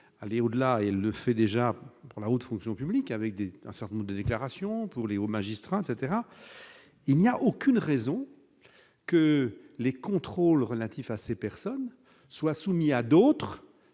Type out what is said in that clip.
aller au-delà et le fait déjà pour la haute fonction publique avec des un certain nombre de déclarations pour Léo magistrats etc, il n'y a aucune raison que les contrôles relatifs à ces personnes soient soumis à d'autres